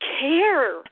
care